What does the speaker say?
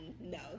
no